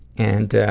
and